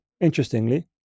interestingly